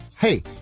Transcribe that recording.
Hey